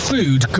Food